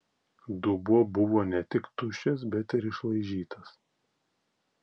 dubuo buvo ne tik tuščias bet ir išlaižytas